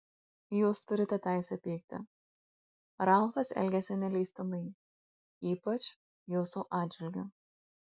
jūs turite teisę pykti ralfas elgėsi neleistinai ypač jūsų atžvilgiu